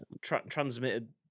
transmitted